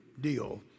deal